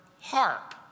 harp